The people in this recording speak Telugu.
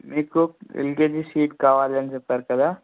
మీకు ఎల్ కే జీ సీట్ కావాలి అని చెప్పారు కదా